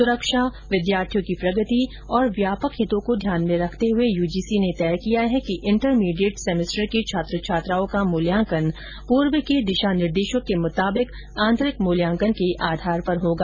सुरक्षा विद्यार्थियों की प्रगति और व्यापक हितों को ध्यान में रखते हुए यूजीसी ने तय किया है कि इंटरमीडिएट सेमेस्टर के छात्र छात्राओं का मूल्यांकन पूर्व के दिशा निर्देशों के मुताबिक आंतरिक मूल्यांकन के आधार पर होगा